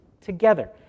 together